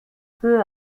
peu